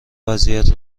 وضعیت